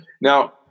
now